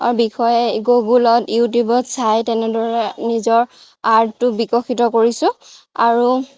বিষয়ে গগুলত ইউটিউবত চাই তেনেদৰে নিজৰ আৰ্টটো বিকশিত কৰিছোঁ আৰু